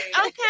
okay